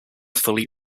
fully